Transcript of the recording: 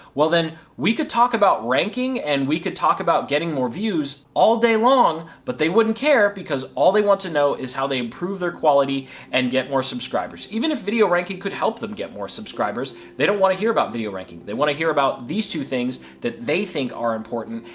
well then, we could talk about ranking and we could talk about getting more views all day long. but they wouldn't care because all they want to know is how they improve their quality and get more subscribers. even if video ranking could help them get more subscribers, they don't wanna hear about video ranking. they wanna hear about these two things that they think are important.